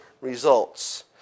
results